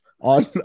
on